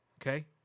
Okay